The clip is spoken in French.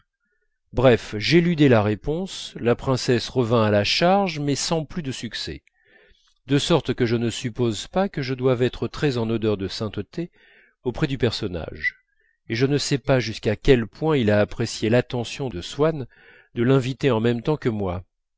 bref j'éludai la réponse la princesse revint à la charge mais sans plus de succès de sorte que je ne suppose pas que je doive être très en odeur de sainteté auprès du personnage et je ne sais pas jusqu'à quel point il a apprécié l'attention de swann de l'inviter en même temps que moi